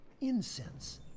incense